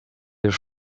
już